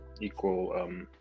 equal